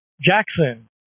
Jackson